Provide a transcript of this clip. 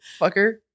fucker